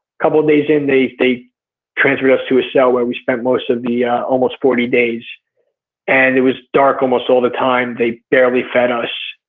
couple of days in they they transferred us to a cell where we spent most of the yeah almost forty days and it was dark almost all the time. they barely fed us,